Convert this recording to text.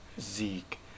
Zeke